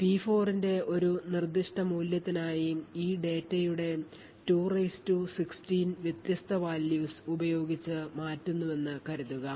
P4 ന്റെ ഒരു നിർദ്ദിഷ്ട മൂല്യത്തിനായി ഈ ഡാറ്റയുടെ 216 വ്യത്യസ്ത values ഉപയോഗിച്ചു മാറ്റുന്നുവെന്ന് കരുതുക